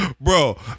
bro